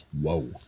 Whoa